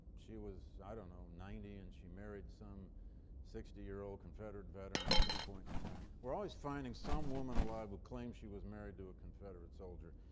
she was, i don't know, ninety and she married some sixty-year-old confederate veteran at some point in time. we're always finding some woman alive who claims she was married to a confederate soldier.